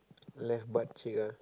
left butt cheek ah